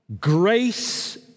grace